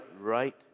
Right